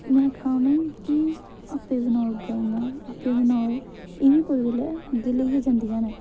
में आखना उ'नें ई कि आपूं बनाओ ड्राइंगा ते बनाओ एह् बी कुतै बेल्लै अग्गें लेइयै जंदियां ना